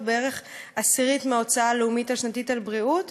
בערך בעשירית מההוצאה הלאומית השנתית על בריאות,